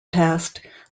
past